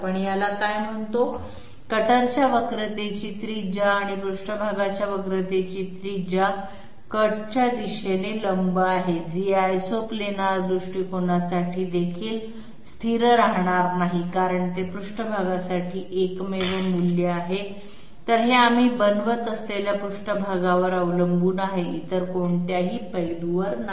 आपण याला काय म्हणतो कटरच्या वक्रतेची त्रिज्या आणि पृष्ठभागाच्या वक्रतेची त्रिज्या कटच्या दिशेला लंब आहे जी या आयसोप्लानर दृष्टिकोनासाठी देखील स्थिर राहणार नाही कारण ते पृष्ठभागासाठी एकमेव मूल्य आहे तर हे आम्ही बनवत असलेल्या पृष्ठभागावर अवलंबून आहे इतर कोणत्याही पैलूवर नाही